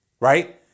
right